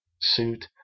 suit